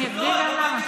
אסביר גם למה.